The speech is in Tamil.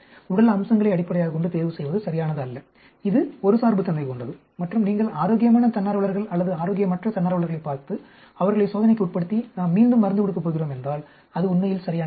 உடல் அம்சங்களை அடிப்படையாகக் கொண்டு தேர்வு செய்வது சரியானதல்ல இது ஒரு சார்புத்தன்மை கொண்டது மற்றும் நீங்கள் ஆரோக்கியமான தன்னார்வலர்கள் அல்லது ஆரோக்கியமற்ற தன்னார்வலர்களைப் பார்த்து அவர்களை சோதனைக்கு உட்படுத்தி நாம் மீண்டும் மருந்து கொடுக்கப் போகிறோம் என்றால் அது உண்மையில் சரியானதல்ல